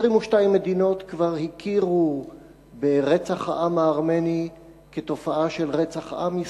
22 מדינות כבר הכירו ברצח העם הארמני כתופעה של רצח עם.